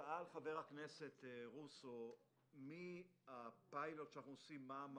שאל חבר הכנסת רוסו לגבי הפיילוט שאנחנו עושים: מה המבט,